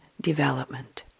development